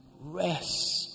rest